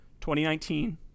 2019